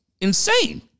insane